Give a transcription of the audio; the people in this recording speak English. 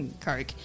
Coke